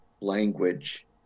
language